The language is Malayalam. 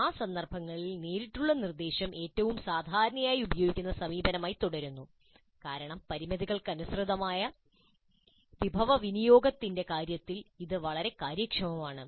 ആ സന്ദർഭത്തിൽ നേരിട്ടുള്ള നിർദ്ദേശം ഏറ്റവും സാധാരണയായി ഉപയോഗിക്കുന്ന സമീപനമായി തുടരുന്നു കാരണം ഈ പരിമിതികൾക്കനുസൃതമായി വിഭവവിനിയോഗത്തിന്റെ കാര്യത്തിൽ ഇത് വളരെ കാര്യക്ഷമമാണ്